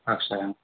अक्षयम्